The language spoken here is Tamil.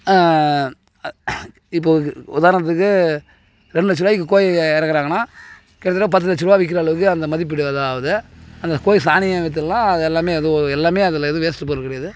இப்போது உதாரணத்துக்கு ரெண்டு லட்ச ரூபாய்க்கு கோழி இறக்குறாங்கன்னா கிட்டத்தட்ட பத்து லட்ச ரூபா விற்கிற அளவுக்கு அந்த மதிப்பீடு இது ஆகுது அந்த கோழி சாணியை வித்துடலாம் அது எல்லாமே அது எல்லாமே அதில் எதுவும் வேஸ்ட்டு பொருள் கிடையாது